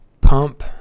pump